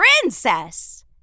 princess